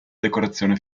decorazione